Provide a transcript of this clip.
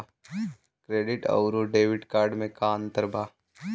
Credit अउरो debit card मे का अन्तर बा?